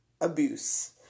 abuse